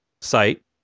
site